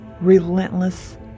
relentless